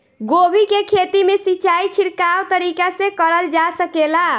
गोभी के खेती में सिचाई छिड़काव तरीका से क़रल जा सकेला?